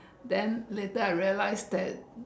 then later I realise that